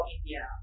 India